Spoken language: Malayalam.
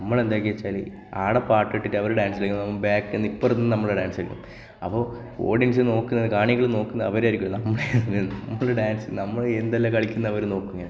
നമ്മൾ എന്താക്കി വച്ചാൽ അവിടെ പാട്ടിട്ടിട്ട് അവർ ഡാൻസ് കളിക്കുമ്പോൾ ബാക്കിൽ നിന്ന് ഇപ്പറുത്ത് നിന്ന് നമ്മൾ ഡാൻസ് കളിക്കും അപ്പോൾ ഓടിയൻസ് നോക്കുന്നത് കാണികൾ നോക്കുന്നത് അവരെ ആയിരിക്കില്ല നമ്മളെ ഡാൻസ് നമ്മൾ എന്തെല്ലാം കളിക്കുന്നതെന്ന് അവർ നോക്കും ഇങ്ങനെ